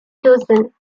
chosen